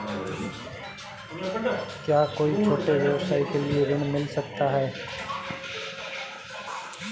क्या कोई छोटे व्यवसाय के लिए ऋण मिल सकता है?